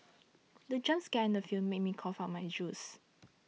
the jump scare in the film made me cough out my juice